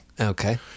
Okay